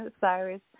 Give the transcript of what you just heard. Cyrus